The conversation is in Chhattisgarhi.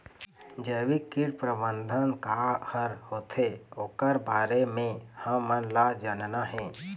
जैविक कीट प्रबंधन का हर होथे ओकर बारे मे हमन ला जानना हे?